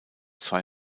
zwei